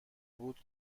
بود